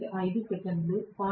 5 సెకన్లు 0